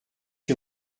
que